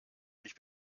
ich